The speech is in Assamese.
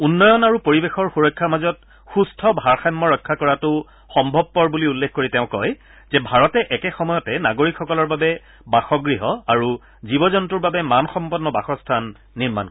উন্নয়ন আৰু পৰিৱেশৰ সুৰক্ষাৰ মাজত সুস্থ ভাৰসাম্য ৰক্ষা কৰাটো সম্ভৱপৰ বুলি উল্লেখ কৰি তেওঁ কয় যে ভাৰতে একেসময়তে নাগৰিকসকলৰ বাবে বাসগৃহ আৰু জীৱ জন্তুৰ বাবে মানসম্পন্ন বাসস্থান নিৰ্মাণ কৰিব